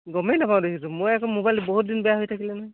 গমেই নাপাওঁ দেখিছোঁ মোবাইল বহুতদিন বেয়া হৈ থাকিলে নহয়